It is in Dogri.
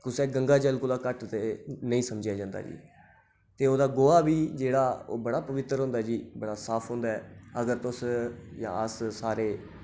कुसै गंगाजल कोला घट्ट ते नेईं समझेआ जंदा ते ओह्दा गोहा बी जेह्ड़ा ओह् बड़ा पवित्र होंदा जी बड़ा साफ होंदा अगर तुस जां अस सारे